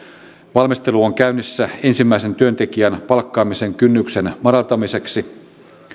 valmistelu on käynnissä ensimmäisen työntekijän palkkaamisen kynnyksen madaltamiseksi